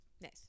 Nice